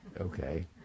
Okay